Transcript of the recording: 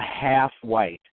half-white